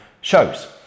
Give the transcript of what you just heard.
shows